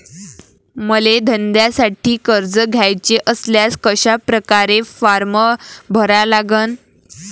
मले धंद्यासाठी कर्ज घ्याचे असल्यास कशा परकारे फारम भरा लागन?